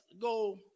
go